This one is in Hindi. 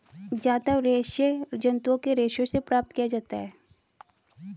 जांतव रेशे जंतुओं के रेशों से प्राप्त किया जाता है